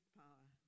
power